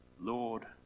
Lord